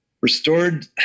restored